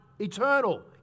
eternal